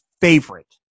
favorite